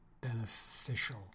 beneficial